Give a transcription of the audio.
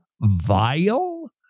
vile